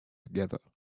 together